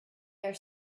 their